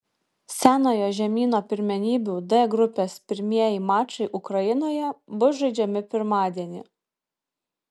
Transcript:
senojo žemyno pirmenybių d grupės pirmieji mačai ukrainoje bus žaidžiami pirmadienį